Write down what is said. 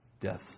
Death